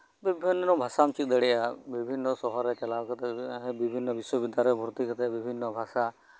ᱵᱤᱵᱷᱤᱱᱱᱚ ᱵᱷᱟᱥᱟᱢ ᱪᱮᱫ ᱫᱟᱲᱮᱭᱟᱜᱼᱟ ᱵᱤᱵᱷᱤᱱᱱᱚ ᱥᱚᱯᱚᱦ ᱨᱮ ᱪᱟᱞᱟᱣ ᱠᱟᱛᱮ ᱵᱤᱵᱷᱤᱱᱱᱚ ᱵᱤᱥᱥᱤ ᱵᱤᱫᱽᱫᱟᱞᱚᱭ ᱨᱮ ᱵᱷᱚᱨᱛᱤ ᱠᱟᱛᱮ ᱵᱤᱵᱷᱤᱱᱱᱚ ᱵᱷᱟᱥᱟ